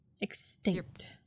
extinct